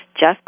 Jeff